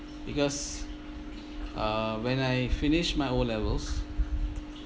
because uh when I finish my O levels